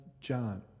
John